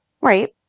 Right